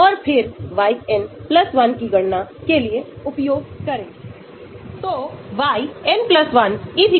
वहाँ यह रेजोनेंस प्रभाव और हाइड्रोजन संबंध में हस्तक्षेप करना शुरू कर देगा यह सब आपके Taft पैरामीटर को प्रभावित करेगा